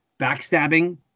backstabbing